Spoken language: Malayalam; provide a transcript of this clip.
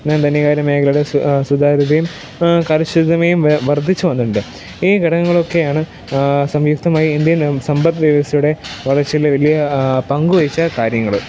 പിന്നെ ധനികാര്യ മേഖലകളിൽ സുതാര്യതയും കലിശുതമായി വർദ്ധിച്ചു വന്നിട്ടുണ്ട് ഈ ഘടകങ്ങളൊക്കെയാണ് സംയുക്തമായി ഇന്ത്യൻ സമ്പദ് വ്യവസ്ഥയുടെ വളർച്ചയിൽ വലിയ പങ്കു വഹിച്ച കാര്യങ്ങൾ